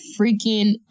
freaking